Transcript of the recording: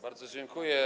Bardzo dziękuję.